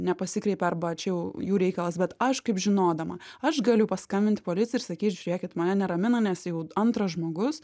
nepasikreipė arba čia jau jų reikalas bet aš kaip žinodama aš galiu paskambinti policijai ir sakyt žiūrėkit mane neramina nes jau antras žmogus